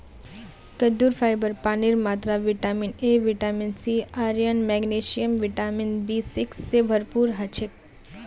कद्दूत फाइबर पानीर मात्रा vitamin A vitamin C iron magnesium vitamin B six स भोराल हछेक